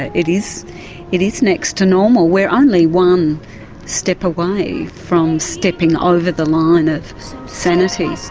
ah it is it is next to normal we're only one step away from stepping over the line of sanity.